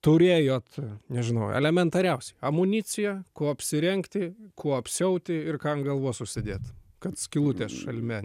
turėjot nežinau elementariausiai amunicija kuo apsirengti kuo apsiauti ir ką ant galvos užsidėt kad skylutės šalme